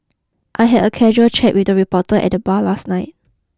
I had a casual chat with a reporter at the bar last night